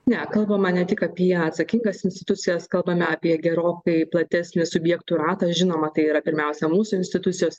ne kalbama ne tik apie atsakingas institucijas kalbame apie gerokai platesnį subjektų ratą žinoma tai yra pirmiausia mūsų institucijos